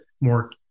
more